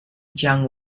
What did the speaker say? jiang